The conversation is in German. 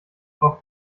braucht